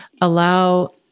allow